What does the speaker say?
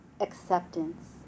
acceptance